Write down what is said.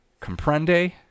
Comprende